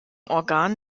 organ